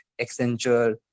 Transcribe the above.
Accenture